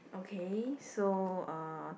okay so uh